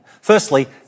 Firstly